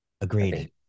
agreed